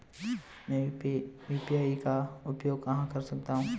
मैं यू.पी.आई का उपयोग कहां कर सकता हूं?